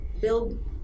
build